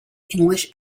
english